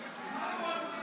ג'וב טוב,